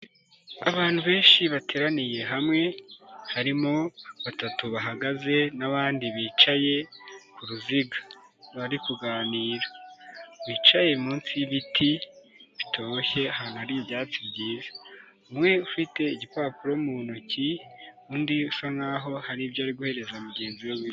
Abantu benshi bateraniye hamwe harimo batatu bahagaze n'abandi bicaye ku ruziga bari kuganira, bicaye munsi y'ibiti bitoshye ahantu hari ibyatsi byiza, umwe ufite igipapuro mu ntoki, undi usa nk'aho hari ibyo ari guhereza mugenzi we.